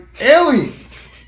aliens